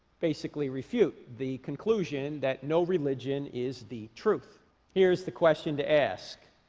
basically refute the conclusion that no religion is the truth here's the question to ask?